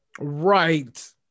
Right